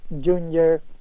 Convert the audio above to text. Junior